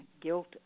guilt